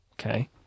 Okay